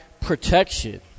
protection